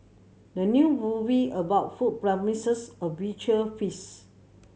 the new movie about food promises a visual feast